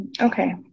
Okay